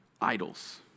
idols